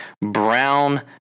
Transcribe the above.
brown